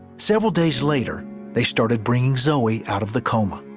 several days later they started bringing zoe out of the coma.